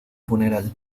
funeral